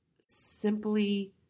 simply